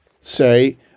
say